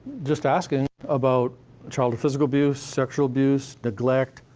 just asking about childhood physical abuse, sexual abuse, neglect,